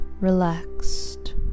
relaxed